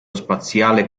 spaziale